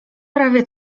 prawie